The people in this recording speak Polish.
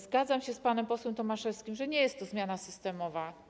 Zgadzam się z panem posłem Tomaszewskim, że nie jest to zmiana systemowa.